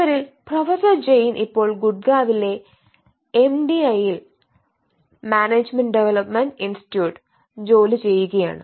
ഇവരിൽ പ്രൊഫസർ ജെയിൻ ഇപ്പോൾ ഗുഡ്ഗാവിലെ എംഡിഐയിൽ ജോലി ചെയ്യുകയാണ്